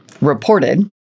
reported